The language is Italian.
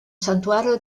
santuario